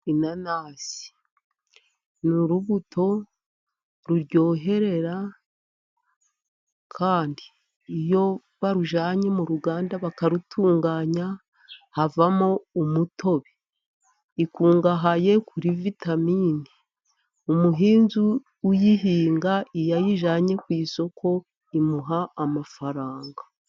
Inanasi ni urubuto ruryoherera ,kandi iyo barujyanye mu ruganda bakarutunganya havamo umutobe. Ikungahaye kuri vitamine, umuhinzi uyihinga iyo ayijyanye ku isoko imuha amafaranga.